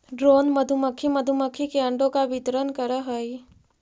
drone मधुमक्खी मधुमक्खी के अंडों का वितरण करअ हई